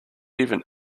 even